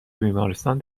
بیمارستان